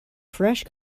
fresh